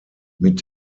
mit